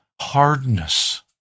hardness